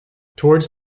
towards